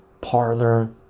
parlor